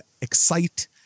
excite